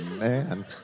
Man